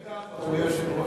אדוני היושב-ראש,